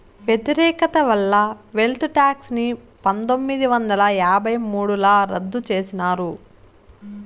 వ్యతిరేకత వల్ల wealth tax ని పందొమ్మిది వందల యాభై మూడుల రద్దు చేసినారు